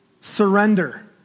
Surrender